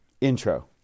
intro